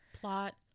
Plot